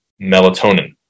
melatonin